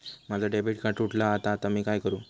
माझा debit card तुटला हा आता मी काय करू?